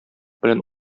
белән